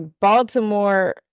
Baltimore